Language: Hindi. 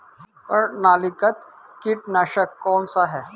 प्रणालीगत कीटनाशक कौन सा है?